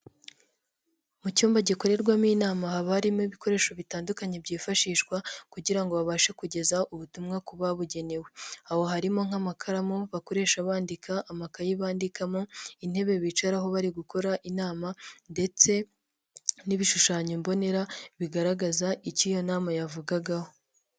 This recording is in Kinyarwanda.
Mu cyumba gikorerwamo inama haba harimo ibikoresho bitandukanye, byifashishwa kugira ngo babashe kugezaho ubutumwa kubabugenewe aho harimo nk'amakaramu bakoresha bandika, amakayi bandikamo, intebe bicaraho bari gukora inama ndetse n'ibishushanyo mbonera bigaragaza icyo iyo nama yavugagaho.